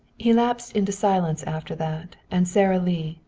he lapsed into silence after that, and sara lee,